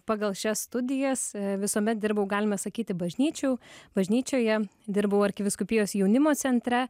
pagal šias studijas visuomet dirbau galima sakyti bažnyčių bažnyčioje dirbau arkivyskupijos jaunimo centre